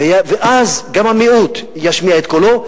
ואז גם המיעוט ישמיע את קולו.